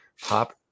pop